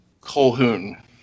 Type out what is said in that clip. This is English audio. Colhoun